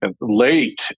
late